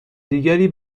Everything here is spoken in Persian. دیگری